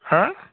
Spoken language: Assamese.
হা